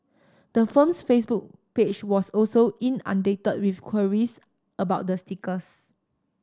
the firm's Facebook page was also inundated with queries about the stickers